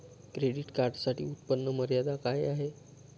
Credit कार्डसाठी उत्त्पन्न मर्यादा काय आहे?